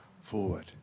forward